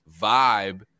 vibe